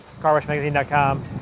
carwashmagazine.com